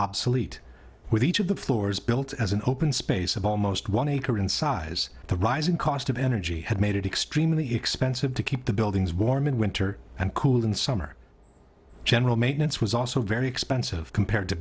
obsolete with each of the floors built as an open space of almost one acre in size the rising cost of energy had made it extremely expensive to keep the buildings warm in winter and cool in summer general maintenance was also very expensive compared to